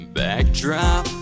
backdrop